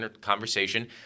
conversation